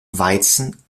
weizen